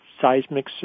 seismic